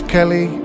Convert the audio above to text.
Kelly